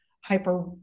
hyper